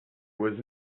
was